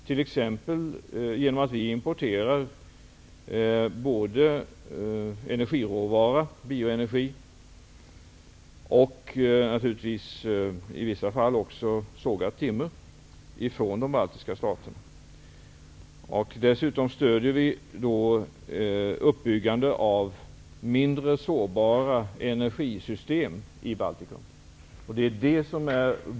Vi kan t.ex. importera, både energiråvara för bioenergi och, i vissa fall, sågat timmer från de baltiska staterna. Dessutom stöder vi uppbyggnaden av mindre sårbara energisystem i Baltikum.